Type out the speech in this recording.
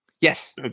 Yes